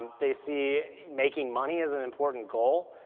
they see making money as an important goal,